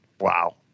wow